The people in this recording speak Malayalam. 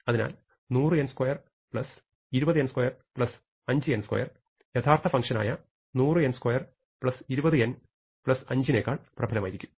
അതിനാൽ 100n2 20n2 5n2 യഥാർത്ഥ ഫങ്ഷനായ 100n2 20n 5 നേക്കാൾ പ്രബലമായിരിക്കും